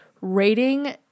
rating